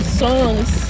songs